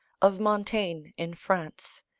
of montaigne in france,